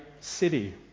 city